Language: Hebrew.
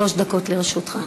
שלוש דקות לרשותך.